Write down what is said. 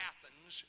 Athens